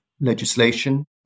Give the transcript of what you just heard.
legislation